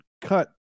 cut